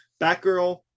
Batgirl